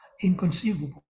inconceivable